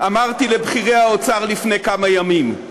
אמרתי לבכירי האוצר לפני כמה ימים.